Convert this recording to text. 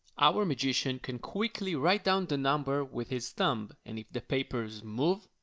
our magician can quickly write down the number with his thumb, and if the papers move,